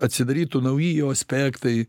atsidarytų nauji jo aspektai